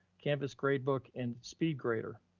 canvas grade book, and speedgrader.